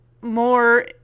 more